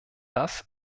das